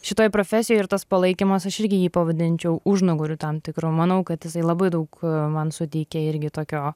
šitoj profesijoj ir tas palaikymas aš irgi jį pavadinčiau užnugariu tam tikru manau kad jisai labai daug man suteikė irgi tokio